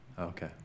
Okay